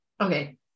okay